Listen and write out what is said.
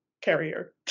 carrier